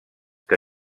que